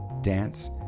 dance